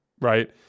right